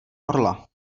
orla